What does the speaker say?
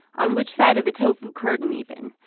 on which side of the tofu curtain even,